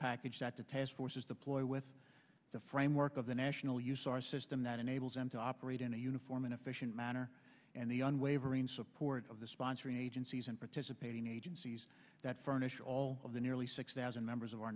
package that the task forces deploy with the framework of the national use our system that enables them to operate in a uniform and efficient manner and the unwavering support of the sponsoring agencies and participating agencies that furnish all of the nearly six thousand members of our